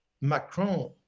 Macron